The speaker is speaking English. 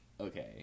okay